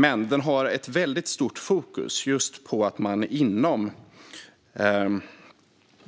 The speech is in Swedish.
Men den har ett väldigt stort fokus på att man inom